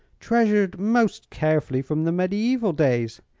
treasured most carefully from the mediaeval days.